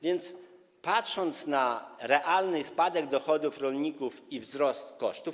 Więc patrząc na realny spadek dochodów rolników i wzrost kosztów.